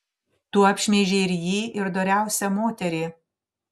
tu apšmeižei ir jį ir doriausią moterį